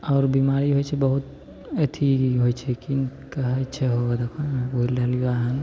आओर बेमारी होइ छै बहुत अथी भी होइ छै कि ने तऽ कहै छै हो देखहो ने भुलि रहलिअऽ हँ